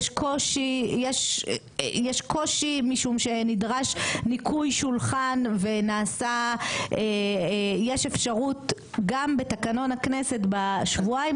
יש קושי משום שנדרש ניקוי שולחן ויש אפשרות גם בתקנון הכנסת בשבועיים